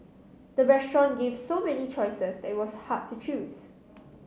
the restaurant gave so many choices that it was hard to choose